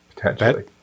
Potentially